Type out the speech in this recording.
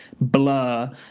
blur